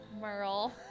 Merle